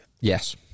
Yes